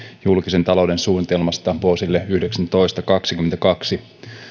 julkisen talouden suunnitelmasta vuosille yhdeksäntoista viiva kaksikymmentäkaksi